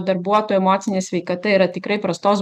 darbuotojo emocinė sveikata yra tikrai prastos